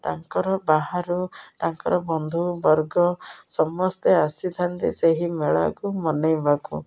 ତାଙ୍କର ବାହାରୁ ତାଙ୍କର ବନ୍ଧୁ ବର୍ଗ ସମସ୍ତେ ଆସିଥାନ୍ତି ସେହି ମେଳାକୁ ମନାଇବାକୁ